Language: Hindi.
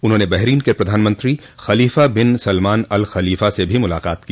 उन्होंने बहरीन के प्रधानमंत्री Khalifa bin Salman al Khalifa से भी मुलाकात की